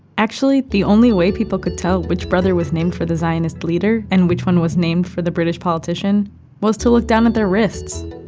actually, the only way people could tell which brother was named for the zionist leader and which one was named for the british politician was to look down at their wrists.